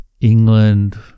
England